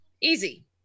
Easy